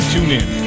TuneIn